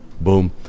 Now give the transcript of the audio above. boom